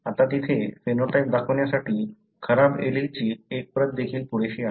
आता तिथे फेनोटाइप दाखवण्यासाठी खराब एलीलची एक प्रत देखील पुरेशी आहे